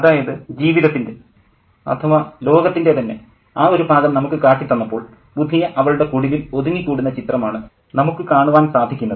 അതായത് ജീവിതത്തിൻ്റെ അഥവാ ലോകത്തിൻ്റെ തന്നെ ആ ഒരു ഭാഗം നമുക്ക് കാട്ടിത്തന്നപ്പോൾ ബുധിയ അവളുടെ കുടിലിൽ ഒതുങ്ങിക്കൂടുന്ന ഒരു ചിത്രമാണ് നമുക്ക് കാണാൻ സാധിക്കുന്നത്